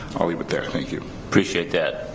i'll leave it there. thank you, appreciate that,